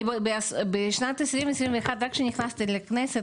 אני בשנת 2021 כשרק נכנסתי לכנסת,